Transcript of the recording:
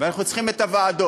ואנחנו צריכים את הוועדות.